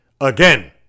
again